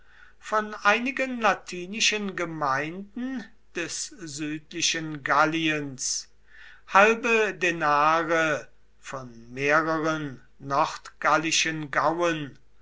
von einigen latinischen gemeinden des südlichen galliens halbe denare von mehreren nordgallischen gauen